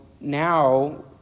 Now